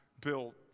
built